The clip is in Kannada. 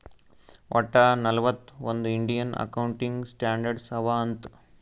ವಟ್ಟ ನಲ್ವತ್ ಒಂದ್ ಇಂಡಿಯನ್ ಅಕೌಂಟಿಂಗ್ ಸ್ಟ್ಯಾಂಡರ್ಡ್ ಅವಾ ಅಂತ್